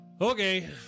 Okay